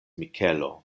mikelo